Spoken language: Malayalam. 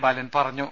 ബാലൻ പറഞ്ഞു